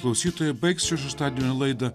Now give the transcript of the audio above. klausytojai baigsiu šeštadienio laidą